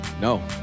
no